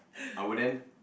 abuden